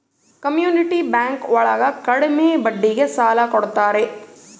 community bank ಒಳಗ ಕಡ್ಮೆ ಬಡ್ಡಿಗೆ ಸಾಲ ಕೊಡ್ತಾರೆ